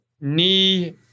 knee